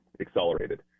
accelerated